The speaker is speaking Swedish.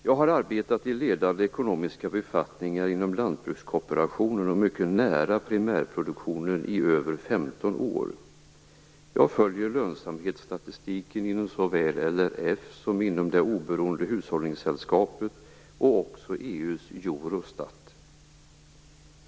Jag har arbetat i ledande ekonomiska befattningar inom lantbrukskooperationen, och mycket nära primärproduktionen i över 15 år. Jag följer lönsamhetsstatistiken inom såväl LRF som inom det oberoende Hushållningssällskapet och också EU:s Eurostat.